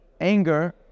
Anger